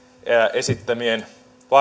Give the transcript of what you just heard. esittämien